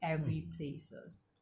every places